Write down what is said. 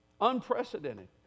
Unprecedented